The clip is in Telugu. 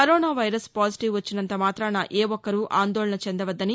కరోనా వైరస్ పాజిటివ్ వచ్చినంత మాత్రన ఏ ఒక్కరూ ఆందోళన చెందవద్దని